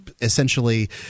essentially